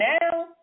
now